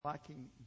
lacking